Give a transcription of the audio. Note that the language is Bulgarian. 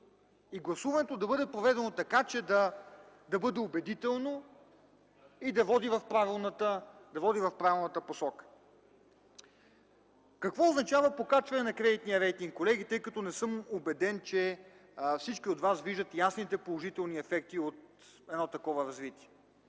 и гласуването да бъде проведено така, че да бъде убедително и да води в правилната посока. Какво означава покачване на кредитния рейтинг, колеги, тъй като не съм убеден, че всички от вас виждат ясните положителни ефекти от едно такова развитие?